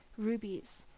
rubies,